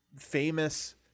famous